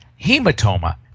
hematoma